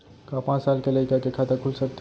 का पाँच साल के लइका के खाता खुल सकथे?